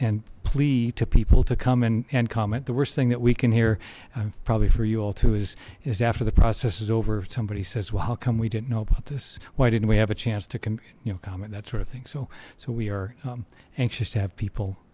and plea to people to come and and comment the worst thing that we can hear probably for you all to is is after the process is over somebody says well how come we didn't know about this why didn't we have a chance to command that sort of thing so so we are anxious to have people